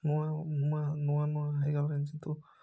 ନୂଆ ନୂଆ ନୂଆ ନୂଆ ହେଇଗଲାଣି ଯେହେତୁ